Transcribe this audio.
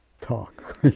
talk